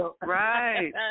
Right